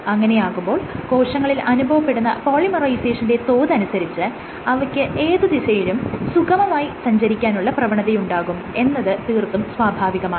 അങ്ങനെയാകുമ്പോൾ കോശങ്ങളിൽ അനുഭവപ്പെടുന്ന പോളറൈസേഷൻന്റെ തോത് അനുസരിച്ച് അവയ്ക്ക് ഏതു ദിശയിലും സുഗമമായി സഞ്ചരിക്കാനുള്ള പ്രവണതയുണ്ടാകും എന്നത് തീർത്തും സ്വാഭാവികമാണ്